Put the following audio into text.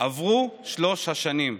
עברו שלוש השנים.